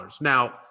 Now